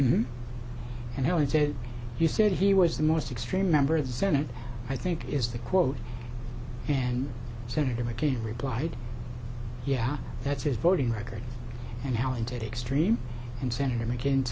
know and he said you said he was the most extreme member of the senate i think is the quote and senator mccain replied yeah that's his voting record and howling to the extreme and senator mccain